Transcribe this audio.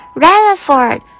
Rutherford